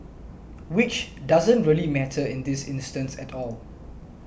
which doesn't really matter in this instance at all